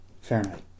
Fahrenheit